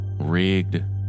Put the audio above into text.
rigged